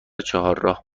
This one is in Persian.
چهارراه